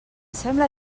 sembla